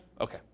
Okay